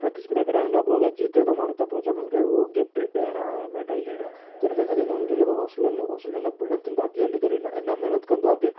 प्रतिस्पर्धा कराइण खां पोइ अगरि जीते थो माण्हू त पोइ सभिनि खे हू गिफ्ट ॾियणा मेडल ॾियणा त हुन में छा थींदो हुन जो जेको हौसिलो हुंदो हौसिलो अञा बुलंदु थींदो अॻियां हली करे अञा महिनत कंदो अॻे